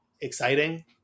exciting